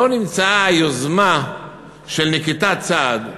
לא נמצאה היוזמה של נקיטת צעד,